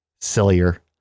sillier